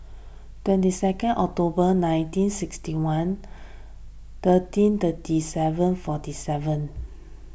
twenty second October nineteen sixty one thirteen thirty seven forty seven